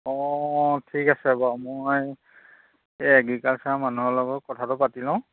অঁ ঠিক আছে বাৰু মই এই এগ্ৰিকালচাৰ মানুহৰ লগত কথাটো পাতি লওঁ